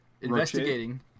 Investigating